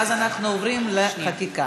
ואז אנחנו עוברים לחקיקה.